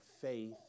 faith